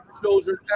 children